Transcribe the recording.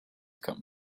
come